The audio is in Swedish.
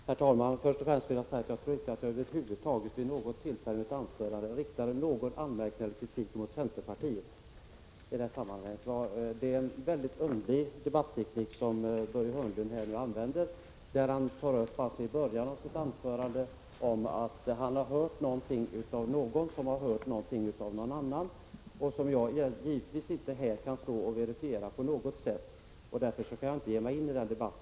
Herr talman! Först och främst vill jag säga att jag över huvud taget inte vid något tillfälle i något anförande har riktat anmärkningar eller kritik mot centerpartiet i detta sammanhang. Det är en mycket underlig debatteknik som Börje Hörnlund använder, när han i början av sitt anförande nämner att han har hört någonting av någon som har hört någonting av någon annan. Jag kan givetvis inte verifiera det här, och därför ger jag mig inte in i denna debatt.